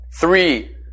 Three